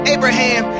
Abraham